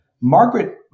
Margaret